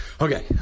Okay